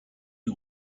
une